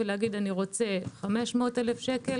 אומר: אני רוצה 500,000 שקל,